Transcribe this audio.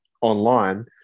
online